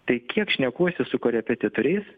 tai kiek šnekuosi su korepetitoriais